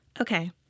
Okay